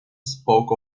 spoke